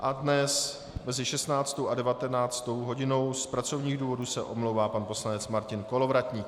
A dnes mezi 16. a 19. hodinou se z pracovních důvodů omlouvá pan poslanec Martin Kolovratník.